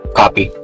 copy